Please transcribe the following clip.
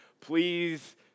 please